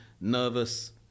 nervous